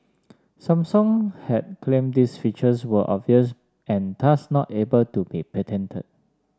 Samsung had claimed these features were obvious and thus not able to be patented